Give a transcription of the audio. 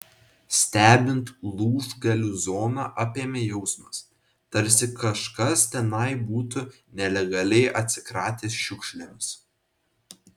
stebint lūžgalių zoną apėmė jausmas tarsi kažkas tenai būtų nelegaliai atsikratęs šiukšlėmis